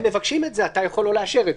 מבקשים, אתה יכול לא לאשר.